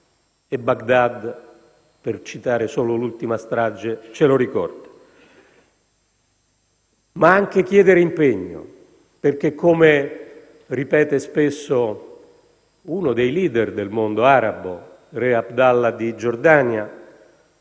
e Baghdad, per citare solo l'ultima strage, ce lo ricorda. Ma anche chiedere impegno, perché, come ripete spesso uno dei *leader* del mondo arabo, re Abd Allah di Giordania: